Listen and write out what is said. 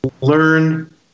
learn